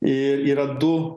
ir yra du